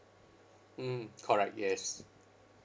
mm correct yes